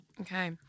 Okay